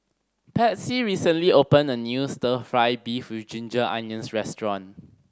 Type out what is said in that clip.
Patsy recently opened a new Stir Fry beef with ginger onions restaurant